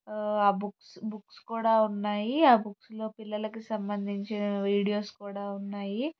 books books కూడా ఉన్నాయి ఆ బుక్స్లో పిల్లలకి సంబంధించిన వీడియోస్ కూడా ఉన్నాయి